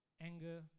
anger